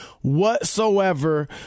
whatsoever